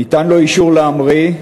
ניתן לו אישור להמריא,